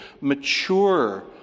Mature